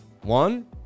One